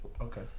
Okay